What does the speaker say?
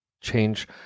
change